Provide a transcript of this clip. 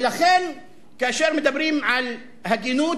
לכן, כאשר מדברים על הגינות,